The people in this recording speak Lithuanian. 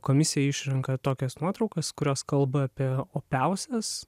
komisija išrenka tokias nuotraukas kurios kalba apie opiausias